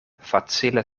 facile